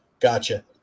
Gotcha